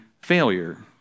failure